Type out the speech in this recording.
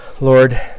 Lord